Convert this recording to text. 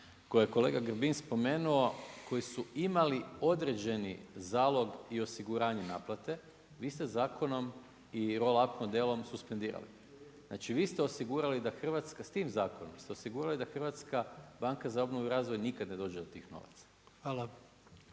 koje je kolega Grbin spomenuo koji su imali određeni zalog i osiguranje naplate vi ste zakonom i roll up modelom suspendirali. Znači, vi ste osigurali da Hrvatska s tim zakonom ste osigurali da Hrvatska banka za obnovu i razvoj nikad ne dođe do tih novaca.